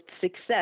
success